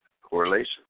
correlation